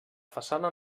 façana